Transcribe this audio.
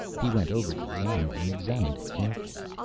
he went over to the animal and examined it carefully.